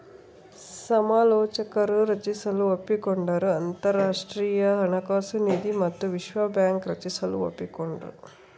ಸಮಾಲೋಚಕರು ರಚಿಸಲು ಒಪ್ಪಿಕೊಂಡರು ಅಂತರಾಷ್ಟ್ರೀಯ ಹಣಕಾಸು ನಿಧಿ ಮತ್ತು ವಿಶ್ವ ಬ್ಯಾಂಕ್ ರಚಿಸಲು ಒಪ್ಪಿಕೊಂಡ್ರು